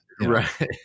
Right